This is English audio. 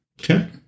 Okay